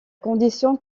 condition